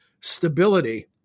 stability